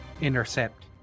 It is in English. intercept